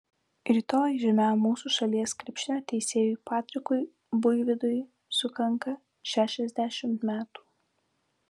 rytoj žymiam mūsų šalies krepšinio teisėjui patrikui buivydui sukanka šešiasdešimt metų